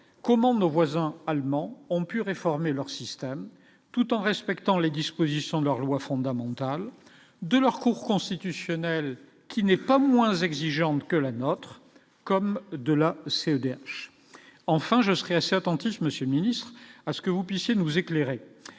comment nos voisins allemands ont pu réformer leur système tout en respectant les dispositions de leurs lois fondamentales de leur cour constitutionnelle qui n'est pas moins exigeante que la nôtre comme de la CEDEAO, enfin, je serais assez attentifs Monsieur Ministre à ce que vous puissiez nous éclairer